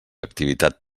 activitat